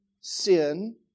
sin